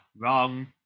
wrong